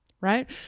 right